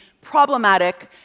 problematic